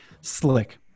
Slick